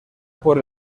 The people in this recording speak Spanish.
por